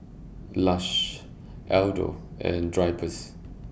Lush Aldo and Drypers